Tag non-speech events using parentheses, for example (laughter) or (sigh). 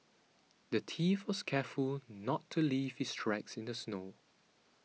(noise) the thief was careful to not leave his tracks in the snow